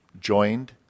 Joined